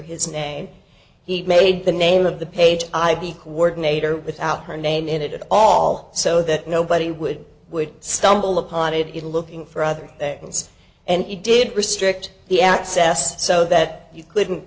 his name he made the name of the page i'd be coordinate or without her name in it all so that nobody would would stumble upon it looking for other things and you did restrict the access so that you couldn't